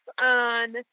on